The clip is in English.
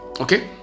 okay